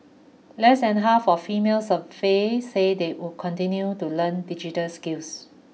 less than half of females surveyed say they would continue to learn digital skills